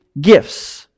Gifts